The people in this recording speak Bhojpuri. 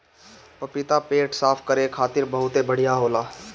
पपीता पेट साफ़ करे खातिर बहुते बढ़िया होला